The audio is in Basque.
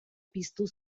piztu